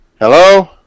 Hello